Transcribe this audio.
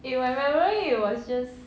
in my memory it was just